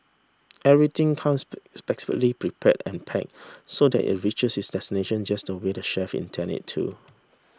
everything comes specially prepared and pack so that it reaches its destination just the way the chefs intend it to